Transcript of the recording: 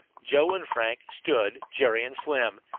joe and frank stood jerry and slim,